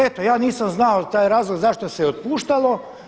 Eto ja nisam znao taj razlog zašto se je otpuštalo.